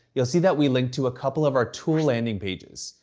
you'll see that we link to a couple of our tool landing pages,